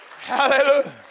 Hallelujah